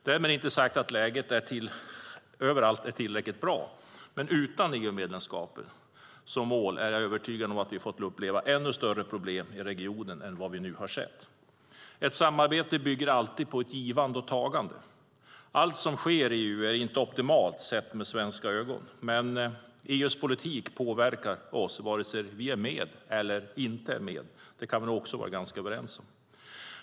Därmed inte sagt att läget överallt är tillräckligt bra. Men utan EU-medlemskap som mål är jag övertygad om att vi hade fått uppleva ännu större problem i regionen än vad vi nu har sett. Ett samarbete bygger alltid på ett givande och tagande. Allt som sker i EU är inte optimalt sett med svenska ögon, men EU:s politik påverkar oss vare sig vi är med eller inte med. Det kan vi vara överens om.